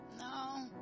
No